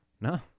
No